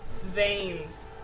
veins